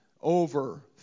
over